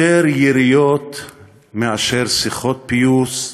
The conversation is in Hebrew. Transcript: יותר יריות משיחות פיוס,